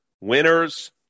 winners